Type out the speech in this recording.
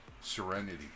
serenity